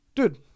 Dude